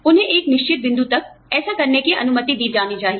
उन्हें एक निश्चित बिंदु तक ऐसा करने की अनुमति दी जानी चाहिए